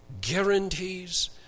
guarantees